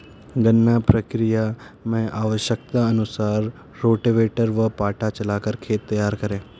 गन्ना प्रक्रिया मैं आवश्यकता अनुसार रोटावेटर व पाटा चलाकर खेत तैयार करें